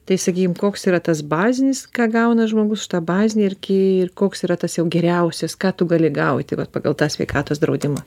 tai sakykim koks yra tas bazinis ką gauna žmogus tą bazinį ir kai ir koks yra tas jau geriausias ką tu gali gauti vat pagal tą sveikatos draudimą